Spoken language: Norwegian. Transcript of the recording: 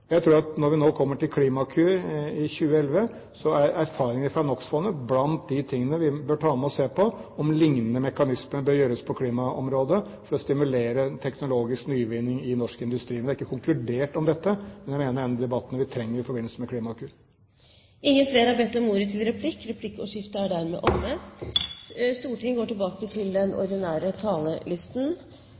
Jeg tror at når vi kommer til utredningen av Klimakur i 2011, er erfaringene fra NOx-fondet blant det vi bør ta med oss for å se på om lignende mekanismer bør innføres på klimaområdet for å stimulere teknologisk nyvinning i norsk industri. Det er ikke konkludert om dette. Men jeg mener det er en av de debattene vi trenger i forbindelse med Klimakur. Replikkordskiftet er omme. De talere som heretter får ordet,